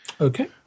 Okay